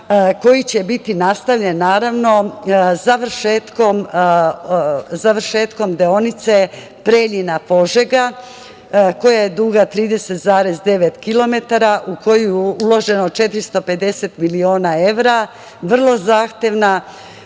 koji će biti nastavljen naravno završetkom deonice Preljina - Požega, koja je duga 30,9 kilometara u koju je uloženo 450 miliona evra, vrlo zahtevna,